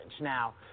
now